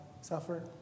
suffer